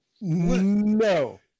No